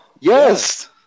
Yes